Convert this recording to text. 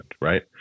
right